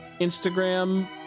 Instagram